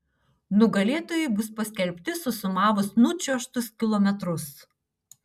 nugalėtojai bus paskelbti susumavus nučiuožtus kilometrus